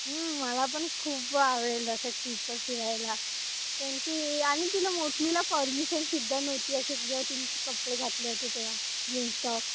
हं मला पण खूप आवडलं ते तिरपं फिरायला ती आणि तिला मोटलीला परमिशनसुद्धा नव्हती असं जर तिनी कपडे घातले होते तेव्हा जीन्स टॉप